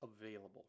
available